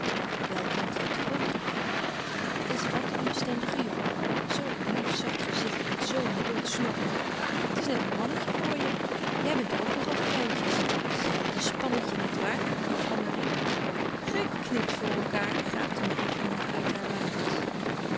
wel kind je hebt groot gelijk het is wat een bestendige jongen zoo een lief zacht gezichtje met zoo een blond snorretje het is net een mannetje voor je jij bent ook nog al fijntjes ze zijn net een spannetje nietwaar juffrouw marie geknipt voor elkaâr gaapte marie van uit haar lakens